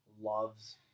loves